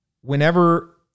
whenever